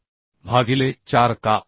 Pu भागिले 4 का